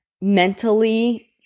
mentally